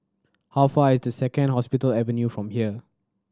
how far away is the Second Hospital Avenue from here